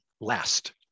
last